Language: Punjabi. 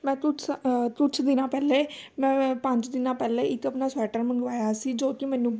ਮੈਂ ਤੁਠ ਕੁਛ ਦਿਨਾਂ ਪਹਿਲੇ ਮੈਂ ਪੰਜ ਦਿਨਾਂ ਪਹਿਲਾਂ ਇੱਕ ਆਪਣਾ ਸਵੈਟਰ ਮੰਗਵਾਇਆ ਸੀ ਜੋ ਕਿ ਮੈਨੂੰ